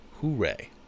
hooray